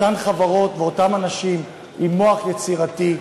אותן חברות ואותם אנשים עם מוח יצירתי,